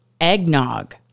eggnog